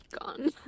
gone